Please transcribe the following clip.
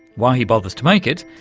why he bothers to make it,